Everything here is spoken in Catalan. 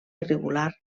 irregular